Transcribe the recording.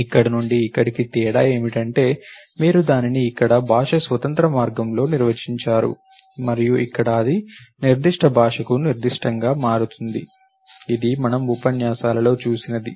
ఇక్కడ నుండి ఇక్కడికి తేడా ఏమిటంటే మీరు దానిని ఇక్కడ భాష స్వతంత్ర మార్గంలో నిర్వచించారు మరియు ఇక్కడ అది నిర్దిష్ట భాషకు నిర్దిష్టంగా మారుతుంది ఇది మనము ఉపన్యాసాలలో చూసినది